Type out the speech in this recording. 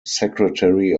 secretary